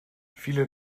viele